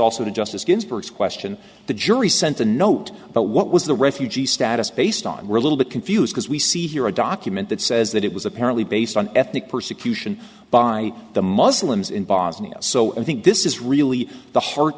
also to justice ginsburg's question the jury sent a note but what was the refugee status based on a little bit confused as we see here a document that says that it was apparently based on ethnic persecution by the muslims in bosnia so i think this is really the heart